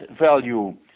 value